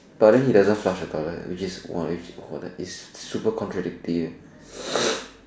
but then he doesn't flush the toilet which is !wah! !woah! that is super contradictive leh